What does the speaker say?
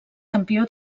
campió